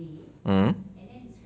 mm